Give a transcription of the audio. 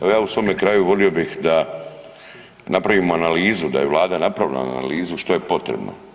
Evo, ja u svome kraju volio bih da napravimo analizu, da je Vlada napravila analizu što je potrebno.